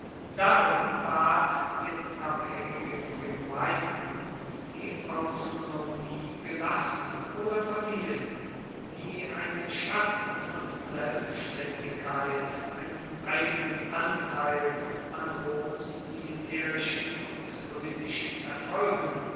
darum ward den abhaengigen gemeinden die autonomie gelassen oder verliehen die einen schatten von selbstaendigkeit einen eigenen anteil an roms militaerischen und politischen erfolgen